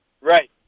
Right